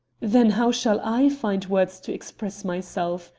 then how shall i find words to express myself?